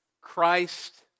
Christ